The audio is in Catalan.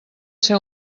ser